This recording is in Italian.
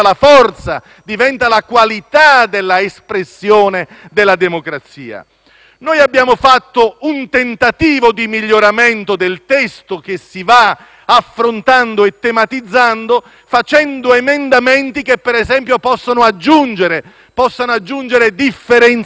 Noi abbiamo fatto un tentativo di miglioramento del testo che si va affrontando e tematizzando attraverso emendamenti che, per esempio, possono aggiungere differenziazione delle due Camere, specializzando l'una rispetto all'altra.